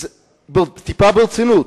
אז, טיפה ברצינות: